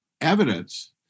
evidence